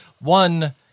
One